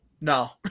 No